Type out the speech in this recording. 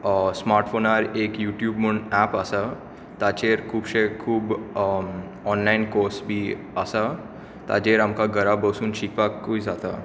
smart फोनार एक YouTube म्हूण ऍप आसा ताचेर खुबशे खूब ऑनलायन कोर्स बी आसा ताचेर आमकां घरा बसून शिकपाकूय जाता